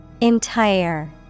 Entire